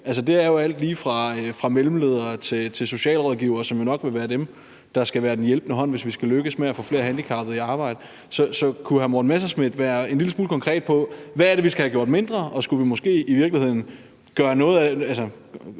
omfatter jo alt lige fra mellemledere til socialrådgivere, som jo nok vil være dem, der skal være den hjælpende hånd, hvis vi skal lykkes med at få flere handicappede i arbejde. Så kunne hr. Morten Messerschmidt være en lille smule konkret, med hensyn til hvad det er, vi skal have gjort mindre, og om vi måske i virkeligheden skulle have